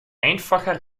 einfacher